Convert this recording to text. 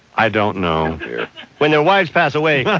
i don't know when their wives pass away. yeah